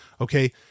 Okay